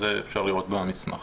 זה אפשר לראות במסמך.